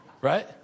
Right